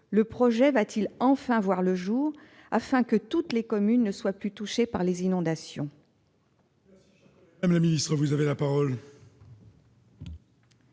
le projet va-t-il enfin voir le jour, afin que toutes les communes ne soient plus touchées par les inondations ?